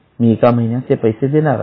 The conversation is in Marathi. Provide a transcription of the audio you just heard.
मी एका महिन्यात ते पैसे देणार आहे